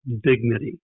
dignity